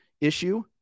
issue